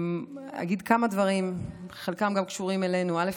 אגיד כמה דברים, חלקם גם קשורים אלינו: א.